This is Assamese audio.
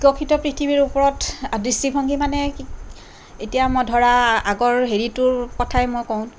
বিকশিত পৃথিৱীৰ ওপৰত দৃষ্টিভংগী মানে এতিয়া মই ধৰা আগৰ হেৰিটোৰ কথাই মই কওঁ